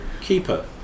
keeper